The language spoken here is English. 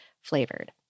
flavored